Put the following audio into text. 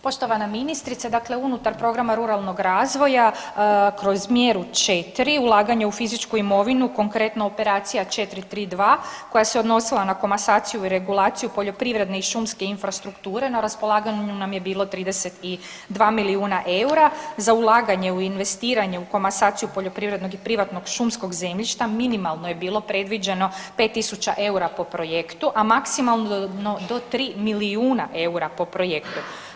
Poštovana ministrice, dakle unutar programa ruralnog razvoja kroz mjeru 4. ulaganje u fizičku imovinu, konkretno operacija 4.3.2 koja se odnosila na komasaciju i regulaciju poljoprivredne i šumske infrastrukture na raspolaganju nam je bilo 32 milijuna eura za ulaganje u investiranje u komasaciju poljoprivrednog i privatnog šumskog zemljišta minimalno je bilo predviđeno 5 tisuća eura po projektu, a maksimalno do 3 milijuna eura po projektu.